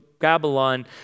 Babylon